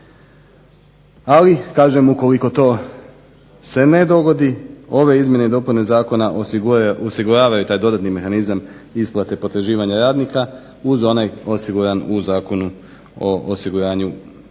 Ali kažem, ukoliko to se ne dogodi ove izmjene i dopune zakona osiguravaju taj dodatni mehanizam isplate potraživanja radnika uz onaj osiguran u Zakonu o osiguranju i